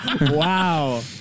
wow